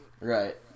Right